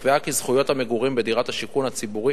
נקבע כי זכויות המגורים בדירת השיכון הציבורי